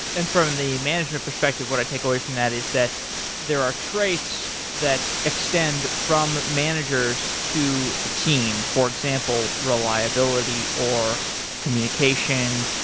and from the management perspective, what i take away from that is that there are traits that extend from managers to the team. for example, reliability, or communication,